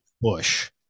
Bush